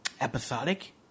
episodic